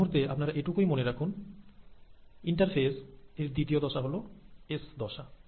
এই মুহূর্তে আপনারা এইটুকুই মনে রাখুন ইন্টারফেস এর দ্বিতীয় দশা হল এস দশা